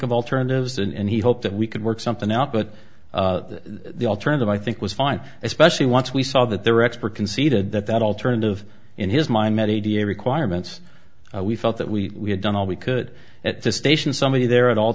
of alternatives and he hoped that we could work something out but the alternative i think was fine especially once we saw that their expert conceded that that alternative in his mind met a d m requirements we felt that we had done all we could at the station somebody there at all